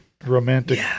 romantic